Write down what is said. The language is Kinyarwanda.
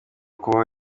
kubaho